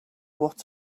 what